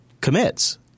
commits